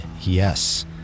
yes